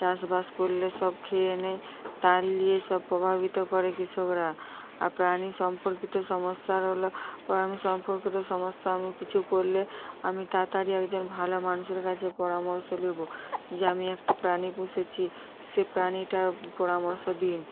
চাষবাস করলে সব খেয়ে নেয় তার নিয়ে সব প্রভাবিত করে কৃষকরা আর প্রাণী সম্পর্কিত সমস্যার হল প্রাণী সম্পর্কিত সমস্যা আমি কিছু করলে আমি তাড়াতাড়ি একজন ভালো মানুষের কাছে পরামর্শ নেব যে আমি একটা প্রাণী পুষেছি সেই প্রাণীটার পরামর্শ দিন